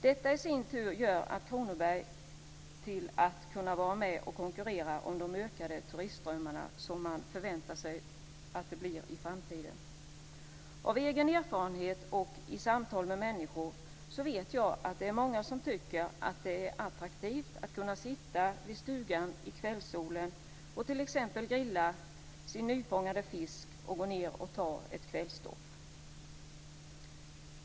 Det i sin tur gör att Kronoberg kan vara med och konkurrera om de ökande turistströmmar man förväntar sig i framtiden. Av egen erfarenhet och av samtal med människor vet jag att det är många som tycker att det är attraktivt att kunna sitta vid stugan i kvällssolen och t.ex. grilla sin nyfångade fisk och gå ned och ta ett kvällsdopp.